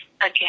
Again